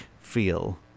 feel